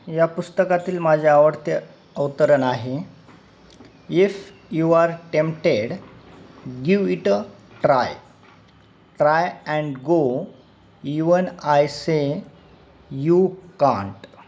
या पुस्तकातील माझे आवडते औतरण आहे if you are tempted give it a try try and go even I say you can't